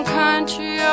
country